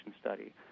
study